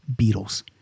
beatles